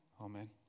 Amen